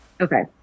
okay